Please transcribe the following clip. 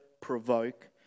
provoke